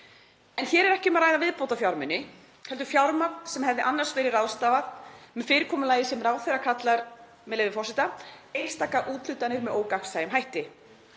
En hér er ekki um að ræða viðbótarfjármuni heldur fjármagn sem hefði annars verið ráðstafað með fyrirkomulagi sem ráðherra kallar, með leyfi forseta: Einstaka úthlutanir með ógagnsæjum hætti.